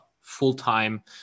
full-time